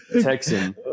Texan